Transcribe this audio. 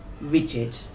rigid